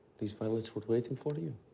these violets were waiting for you.